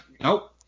Nope